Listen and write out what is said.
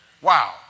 Wow